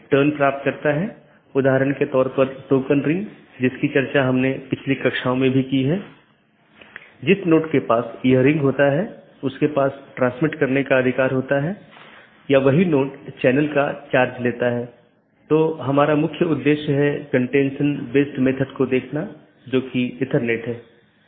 इसलिए जो हम देखते हैं कि मुख्य रूप से दो तरह की चीजें होती हैं एक है मल्टी होम और दूसरा ट्रांजिट जिसमे एक से अधिक कनेक्शन होते हैं लेकिन मल्टी होमेड के मामले में आप ट्रांजिट ट्रैफिक की अनुमति नहीं दे सकते हैं और इसमें एक स्टब प्रकार की चीज होती है जहां केवल स्थानीय ट्रैफ़िक होता है मतलब वो AS में या तो यह उत्पन्न होता है या समाप्त होता है